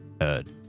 heard